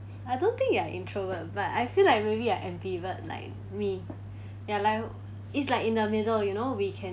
I don't think you are introvert but I feel like maybe an ambivert like me ya like it's like in the middle you know we can